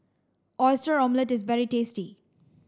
oyster omelette is very tasty